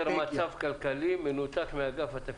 חדר מצב כלכלי מנותק מאגף תקציבים.